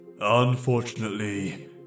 unfortunately